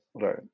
Right